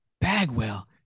Bagwell